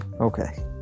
okay